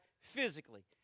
physically